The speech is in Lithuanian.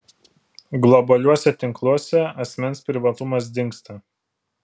globaliuosiuose tinkluose asmens privatumas dingsta